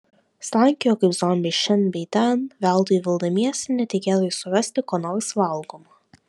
slankiojo kaip zombiai šen bei ten veltui vildamiesi netikėtai surasti ko nors valgomo